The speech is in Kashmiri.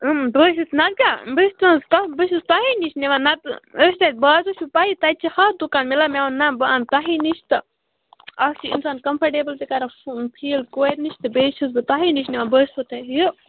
اۭں بہٕ حظ چھس نتہ کیاہ بہٕ چھس تُہنٛز بہٕ چھس تۄہے نِش نِوان نتہٕ بازرٕ چھِ پایی تتہِ چھِ ہتھ دُکان مِلان مےٚ وون نہ بہٕ انہٕ تۄہے نِش تہٕ اکھ چھِ اِنسان کمفٲٹیبٕل تہِ کران فیٖل کورِ نِش تہٕ بیٚیہِ چھس بہٕ تۄہے نِش نِوان بہٕ حظ چھسو تۄہہِ یہِ